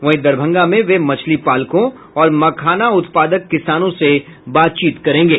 वहीं दरभंगा में वे मछली पालकों और मखाना उत्पादक किसानों से बातचीत करेंगे